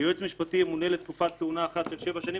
כתוב "יועץ משפטי ימונה לתקופת כהונה אחת של שבע שנים".